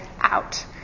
out